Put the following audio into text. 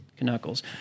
Knuckles